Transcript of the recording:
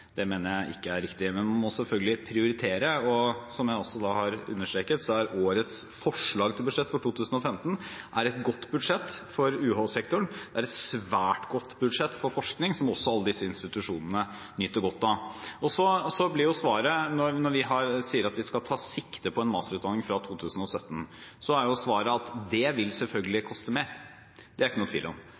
Det mener jeg ikke er riktig, men man må selvfølgelig prioritere. Som jeg også har understreket, er årets forslag til budsjett for 2015 et godt budsjett for UH-sektoren. Det er et svært godt budsjett for forskning, som også alle disse institusjonene nyter godt av. Så blir svaret, når vi sier at vi skal ta sikte på en masterutdanning fra 2017, at det vil selvfølgelig koste mer, det er det ikke noen tvil om.